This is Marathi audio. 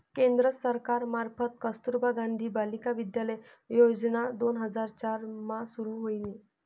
केंद्र सरकार मार्फत कस्तुरबा गांधी बालिका विद्यालय योजना दोन हजार चार मा सुरू व्हयनी